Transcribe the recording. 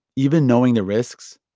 even knowing the risks,